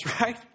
right